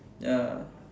ya